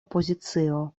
pozicio